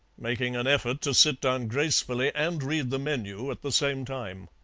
making an effort to sit down gracefully and read the menu at the same time.